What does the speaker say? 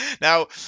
Now